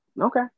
okay